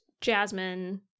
Jasmine